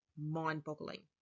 mind-boggling